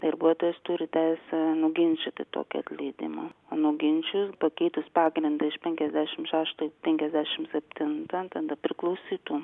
darbuotojas turi teisę nuginčyti tokį atleidimą o nuginčijus pakeitus pagrindą iš penkiasdešimt šešto į penkiasdešimt septintą tada priklausytų